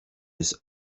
his